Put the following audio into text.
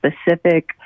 specific